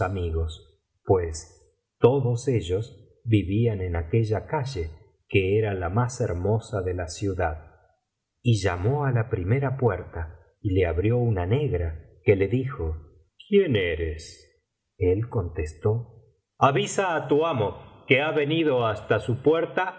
pues todos ellos vivían en aquella calle que era la más hermosa de la ciudad y llamó á la primera puerta y le abrió una negra que le dijo quién eres el contestó avisa á tu amo que ha venido hasta su puerta